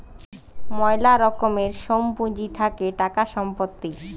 ময়লা রকমের সোম পুঁজি থাকে টাকা, সম্পত্তি